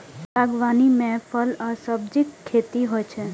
बागवानी मे फल आ सब्जीक खेती होइ छै